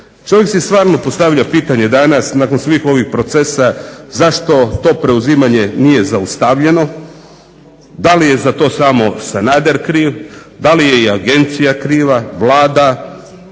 Čovjek si stvarno postavlja pitanje danas nakon svih ovi procesa zašto to preuzimanje nije zaustavljeno, da li je za to samo Sanader kriv, da li je i Agencija kriva, Vlada,